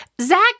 Zach